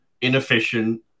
inefficient